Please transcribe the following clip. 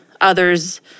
others